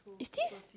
is this